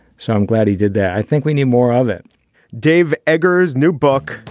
so i'm glad he did that. i think we need more of it dave eggers new book,